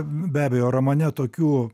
be abejo romane tokių